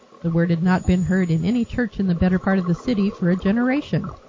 the word had not been heard in any church in the better part of the city for a generation.